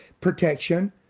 Protection